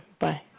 Bye